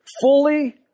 fully